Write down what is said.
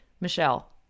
Michelle